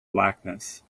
blackness